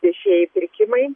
viešieji pirkimai